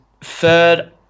third